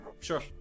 sure